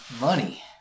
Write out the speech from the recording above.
money